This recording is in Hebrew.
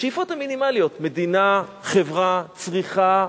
בשאיפות המינימליות: מדינה, חברה, צריכה,